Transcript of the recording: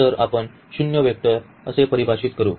तर आपण शून्य वेक्टर कसे परिभाषित करू